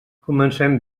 comencem